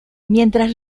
mientras